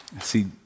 See